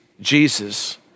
Jesus